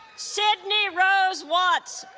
sydney rhodes watts